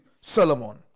Solomon